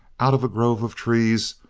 out of a grove of trees,